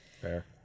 Fair